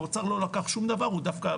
האוצר לא לקח שום דבר הוא דווקא,